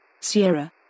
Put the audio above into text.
Sierra